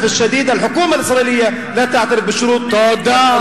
(אומר בערבית: למרבה הצער הממשלה הישראלית לא מכירה בתנאי הקוורטט,